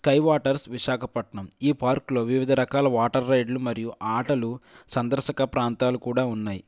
sky waters Visakhapatnam ఈ పార్క్లో వివిధ రకాల వాటర్ రైడ్లు మరియు ఆటలు సందర్శక ప్రాంతాలు కూడా ఉన్నాయి